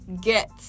get